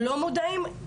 לא מודעים,